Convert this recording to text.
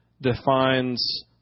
defines